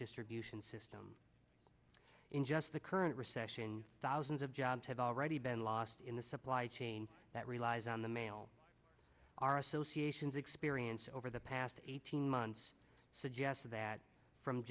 distribution system in just the current recession thousands of jobs have already been lost in the supply chain that relies on the mail our associations experience over the past eighteen months suggests that from